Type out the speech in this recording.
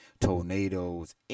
tornadoes